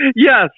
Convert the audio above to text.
Yes